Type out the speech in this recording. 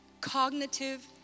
cognitive